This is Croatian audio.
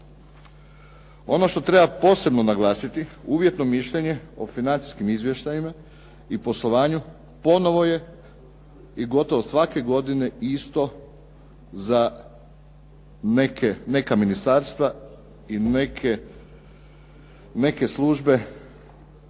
Ono što treba posebno naglasiti, uvjetno mišljenje o financijskim izvještajima i poslovanju ponovo je i gotovo svake godine isto za neka ministarstva i neke službe,